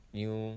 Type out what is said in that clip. new